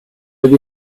live